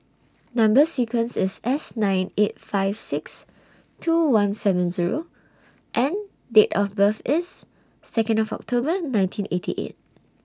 Number sequence IS S nine eight five six two one seven Zero and Date of birth IS Second of October nineteen eighty eight